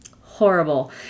horrible